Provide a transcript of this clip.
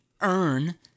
earn